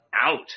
Out